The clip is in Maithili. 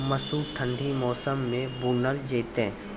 मसूर ठंडी मौसम मे बूनल जेतै?